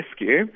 rescue